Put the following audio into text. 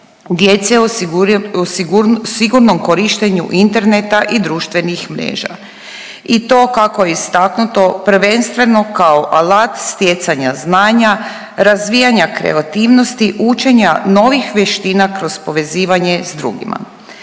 djece o sigurnom korištenju interneta i društvenih mjera i to kako je istaknuto prvenstveno kao alat stjecanja znanja, razvijanja kreativnosti, učenja novih vještina kroz povezivanje s drugima.